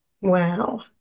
Wow